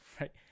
right